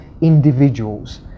individuals